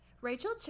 Rachel